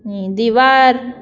आनी दिवार